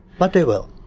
but they will.